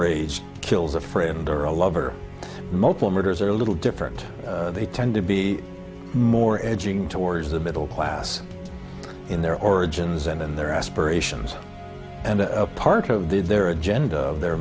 rage kills a friend or a lover multiple murders are a little different they tend to be more edging towards the middle class in their origins and in their aspirations and part of the their agenda of their